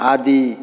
आदि